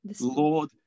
Lord